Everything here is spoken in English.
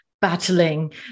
battling